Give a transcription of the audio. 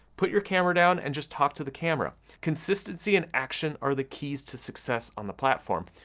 put your camera down, and just talk to the camera. consistency, and action, are the keys to success on the platform.